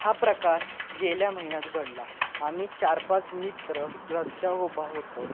हा प्रकार गेल्या महिन्यात घडला आम्ही चार पाच मित्र रस्त्यावर उभा होतो